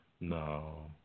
no